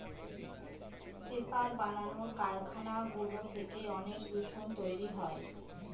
paper বানানোর কারখানাগুলো থেকে অনেক দূষণ তৈরী হয়